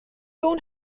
اون